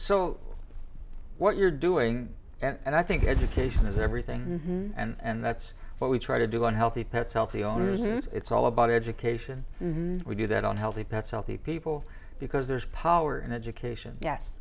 so what you're doing and i think education is everything and that's what we try to do on healthy pets healthy owners use it's all about education and we do that on healthy pets healthy people because there's power and education yes